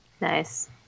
Nice